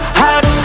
hot